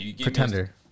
Pretender